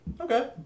Okay